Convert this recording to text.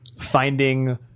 finding